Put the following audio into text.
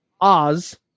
oz